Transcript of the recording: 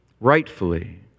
Rightfully